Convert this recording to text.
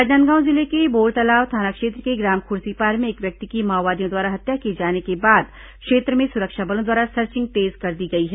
राजनांदगांव जिले के बोरतलाव थाना क्षेत्र के ग्राम खुर्सीपार में एक व्यक्ति की माओवादियों द्वारा हत्या किए जाने के बाद क्षेत्र में सुरक्षा बलों द्वारा सर्चिंग तेज कर दी गई है